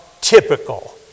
typical